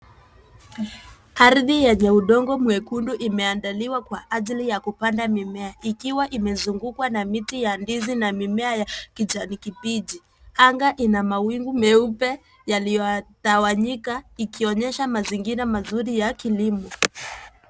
Ardhi yenye udongo mwekundu imeandaliwa kwa ajili ya kupanda mimea, ikiwa imezungukwa na miti ya ndizi na mimea ya kijani kbichi, anga ina mawingu meupe yaliyotawanyika ikionyesha mazingira mazuri ya kilimo.